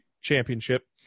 championship